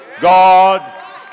God